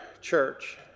church